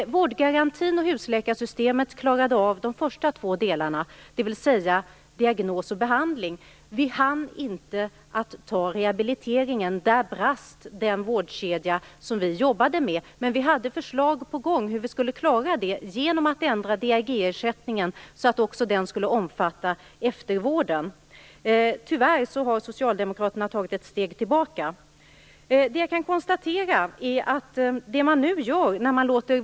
Vårdgarantin och husläkarsystemet klarade av de första två delarna, dvs. diagnos och behandling. Vi hann inte att ta itu med rehabiliteringen. Där brast den vårdkedja som vi jobbade med. Men vi hade förslag på gång hur vi skulle klara det genom att ändra DRG-ersättningen så att den också skulle omfatta eftervården. Tyvärr har Socialdemokraterna tagit ett steg tillbaka. Det jag kan konstatera är att man nu låter vårdköerna växa.